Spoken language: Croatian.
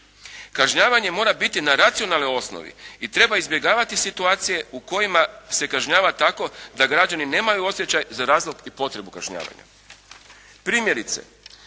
Primjerice,